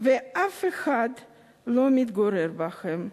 ואף אחד לא מתגורר בהם?